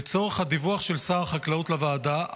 לצורך הדיווח של שר החקלאות לוועדה,